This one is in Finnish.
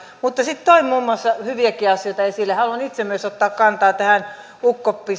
mutta sitten toi muun muassa hyviäkin asioita esille haluan itse myös ottaa kantaa tähän ukko